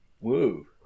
Woo